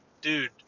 dude